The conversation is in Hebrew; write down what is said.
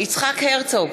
יצחק הרצוג,